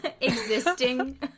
Existing